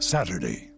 Saturday